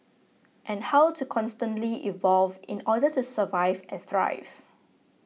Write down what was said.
and how to constantly evolve in order to survive and thrive